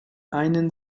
einen